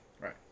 Right